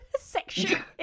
section